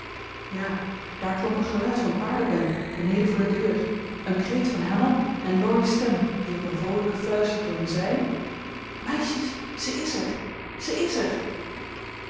ja daar klonk een geluid van paardenbellen beneden voor de deur een kreet van hanna en laurie's stem die op een vroolijken fluistertoon zei meisjes ze is er ze is er